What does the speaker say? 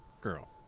girl